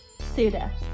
Suda